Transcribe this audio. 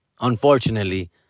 Unfortunately